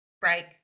break